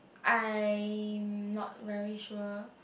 I'm not very sure